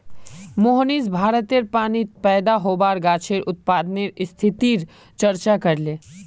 मोहनीश भारतेर पानीत पैदा होबार गाछेर उत्पादनेर स्थितिर चर्चा करले